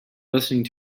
listening